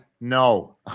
No